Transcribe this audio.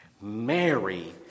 Mary